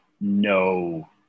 no